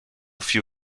few